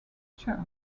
church